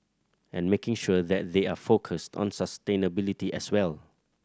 and making sure that they are focused on sustainability as well